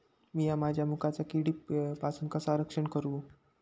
मीया माझ्या मुगाचा किडीपासून कसा रक्षण करू?